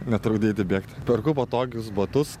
netrukdyti bėgti perku patogius batus